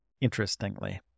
interestingly